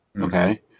okay